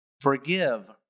Forgive